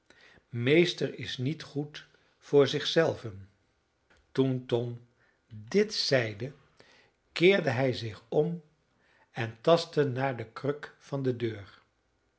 meester is niet goed voor zich zelven toen tom dit zeide keerde hij zich om en tastte naar de kruk van de deur